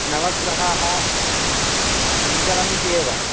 नवग्रहाः सञ्चरन्त्येव